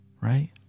right